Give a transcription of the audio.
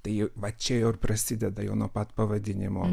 tai va čia jau ir prasideda jau nuo pat pavadinimo